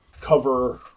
cover